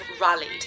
rallied